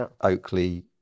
Oakley